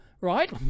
right